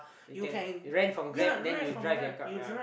you can rent from Grab then you drive your car yeah